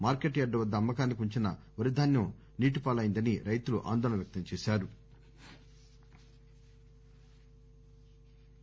market yard వద్ద అమ్మకానికి ఉంచిన వరి ధాన్యం నీటిపాలైందని రైతులు ఆందోళన వ్యక్తం చేశారు